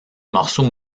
morceaux